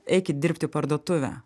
eikit dirbti į parduotuvę